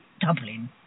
Dublin